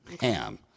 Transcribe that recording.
ham